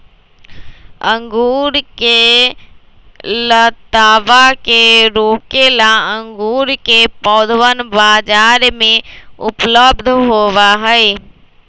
अंगूर के लतावा के रोके ला अंगूर के पौधवन बाजार में उपलब्ध होबा हई